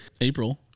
April